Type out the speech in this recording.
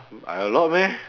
I a lot meh